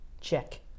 check